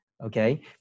Okay